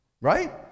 Right